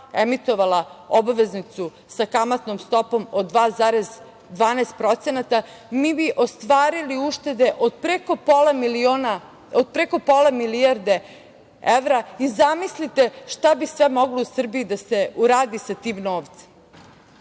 emitovala obveznicu sa kamatnom stopom od 2,12% mi bi ostvarili uštede od preko pola milijarde evra i zamislite šta vi sve moglo u Srbiji da se uradi sa tim novcem.